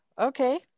okay